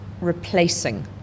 replacing